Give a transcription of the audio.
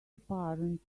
apparent